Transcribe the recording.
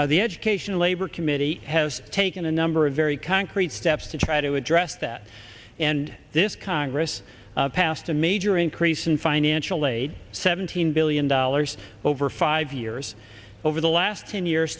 country the education labor committee has taken a number of very concrete steps to try to address that and this congress passed a major increase in financial aid seventeen billion dollars over five years over the last ten years